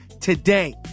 today